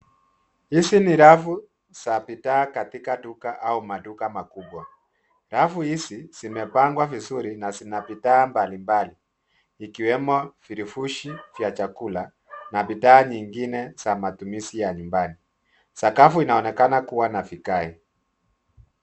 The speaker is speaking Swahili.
Hizi ni rafu za bidhaa katika duka au maduka makubwa. Rafu hizi zimepangwa vizuri na zina bidhaa mbalimbali ikiwemo vifurushi vya chakula na bidhaa nyingine za matumizi ya nyumbani. Sakafu inaonekana kuwa na vigae.